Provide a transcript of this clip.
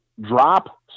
drop